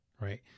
right